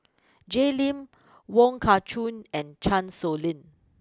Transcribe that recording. Jay Lim Wong Kah Chun and Chan Sow Lin